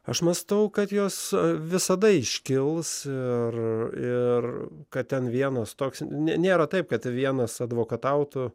aš mąstau kad jos visada iškils ir ir kad ten vienas toks nėra taip kad vienas advokatautų